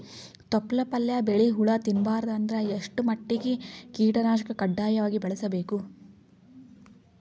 ತೊಪ್ಲ ಪಲ್ಯ ಬೆಳಿ ಹುಳ ತಿಂಬಾರದ ಅಂದ್ರ ಎಷ್ಟ ಮಟ್ಟಿಗ ಕೀಟನಾಶಕ ಕಡ್ಡಾಯವಾಗಿ ಬಳಸಬೇಕು?